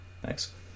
Thanks